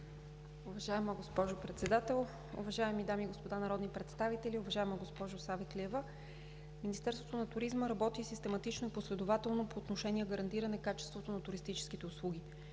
Уважаема госпожо Председател, уважаеми дами и господа народни представители! Уважаема госпожо Савеклиева, Министерството на туризма работи систематично и последователно по отношение гарантиране качеството на туристическите услуги.